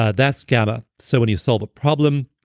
ah that's gamma. so when you solve a problem,